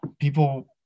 People